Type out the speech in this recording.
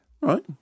right